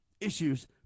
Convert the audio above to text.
issues